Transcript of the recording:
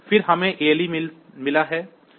फिर हमें ALE मिला है